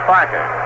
Parker